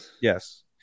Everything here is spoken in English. Yes